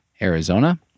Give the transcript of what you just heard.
Arizona